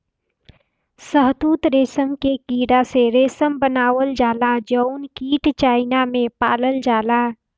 शहतूत रेशम के कीड़ा से रेशम बनावल जाला जउन कीट चाइना में पालल जाला